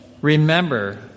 remember